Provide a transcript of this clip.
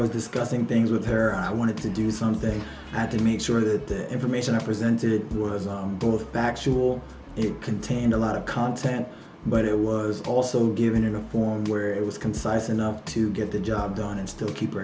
was discussing things with her i wanted to do something i had to make sure that information i presented was on both back sure it contained a lot of content but it was also given in a form where it was concise enough to get the job done and still keep her